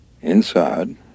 inside